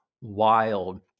wild